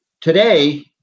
Today